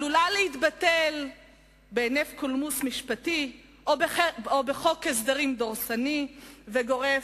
עלולה להתבטל בהינף קולמוס משפטי או בחוק הסדרים דורסני וגורף,